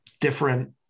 different